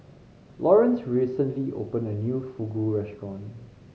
Lawerence recently opened a new Fugu Restaurant